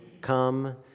come